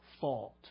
fault